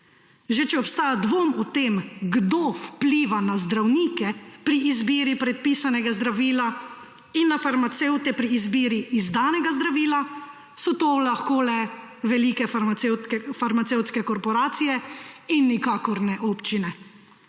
Če obstaja dvom o tem, kdo vpliva na zdravnike pri izbiri predpisanega zdravila in na farmacevte pri izbiri izdanega zdravila, so to lahko le velike farmacevtske korporacije in nikakor ne občine.